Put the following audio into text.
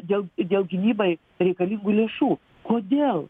dėl dėl gynybai reikalingų lėšų kodėl